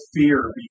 fear